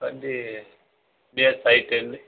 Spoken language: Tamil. வண்டி இந்தியாஸ் ஃபை டென்